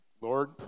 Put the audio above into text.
Lord